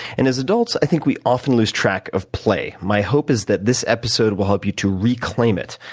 and as adults, i think we often lose track of play. my hope is that this episode will help you to reclaim it.